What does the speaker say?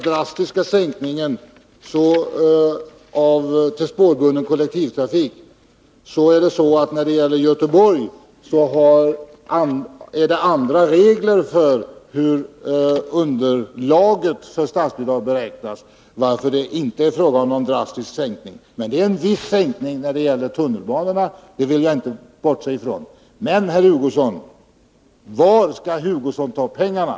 drastiska sänkningen av statsbidragen till spårbunden kollektivtrafik har vi i Göteborg andra regler för beräkningen av underlaget för statsbidragen. Därför är det inte fråga om någon drastisk sänkning. Däremot förnekar jag inte att det är en viss sänkning av statsbidragen till tunnelbanorna. Men varifrån skall herr Hugosson ta pengarna?